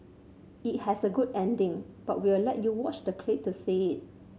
it has a good ending but we'll let you watch the clip to see it